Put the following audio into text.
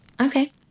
Okay